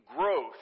growth